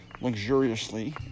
luxuriously